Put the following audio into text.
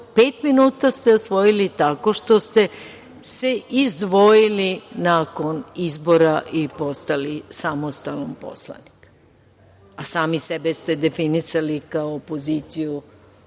Pet minuta ste osvojili tako što ste se izdvojili nakon izbora i postali samostalan poslanik. Sami sebe ste definisali kao opoziciju